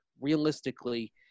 realistically